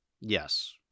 Yes